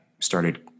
started